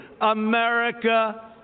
America